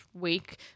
week